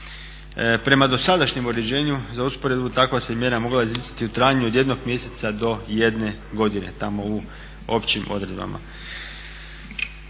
Prema dosadašnjem uređenju za usporedbu takva se mjera mogla izricati u trajanju od jednog mjeseca do jedne godine tamo u općim odredbama.